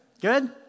good